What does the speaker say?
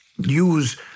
use